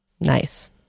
Nice